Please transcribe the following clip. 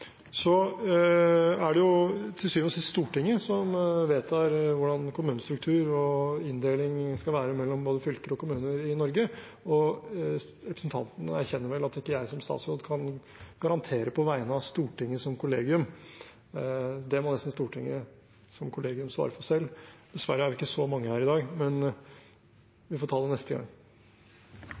Til syvende og sist er det Stortinget som vedtar hvordan kommunestruktur og inndeling skal være mellom både fylker og kommuner i Norge. Representanten erkjenner vel at ikke jeg som statsråd kan garantere på vegne av Stortinget som kollegium. Det må nesten Stortinget som kollegium svare på selv. Dessverre er det ikke så mange her i dag, men vi får ta det neste gang.